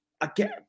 Again